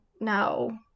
no